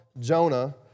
Jonah